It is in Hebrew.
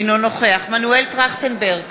אינו נוכח מנואל טרכטנברג,